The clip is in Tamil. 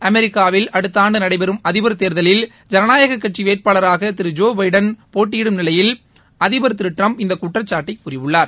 அமெரிக்காவில் அடுத்த ஆண்டு நடைபெறம் அதிபர் தேர்தலில் ஐனுநாயகக் கட்சி வேட்பாளராக திரு ஜோ பைடன் போட்டியிடும் நிலையில் அதிபர் திரு ட்டிரம்ப் இந்த குற்றச்சாட்டை கூறியுள்ளார்